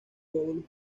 paul